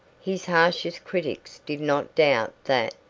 his harshest critics did not doubt that,